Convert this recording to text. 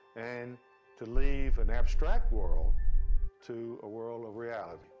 and to leave an abstract world to a world of reality